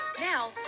Now